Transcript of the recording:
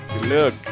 Look